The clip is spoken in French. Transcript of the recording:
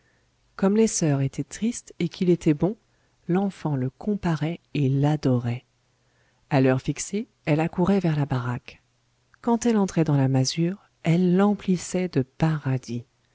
comme les soeurs étaient tristes et qu'il était bon l'enfant le comparait et l'adorait à l'heure fixée elle accourait vers la baraque quand elle entrait dans la masure elle l'emplissait de paradis